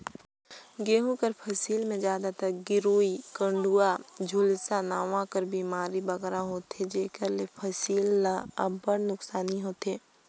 गहूँ कर फसिल में जादातर गेरूई, कंडुवा, झुलसा नांव कर बेमारी बगरा होथे जेकर ले फसिल ल अब्बड़ नोसकानी होथे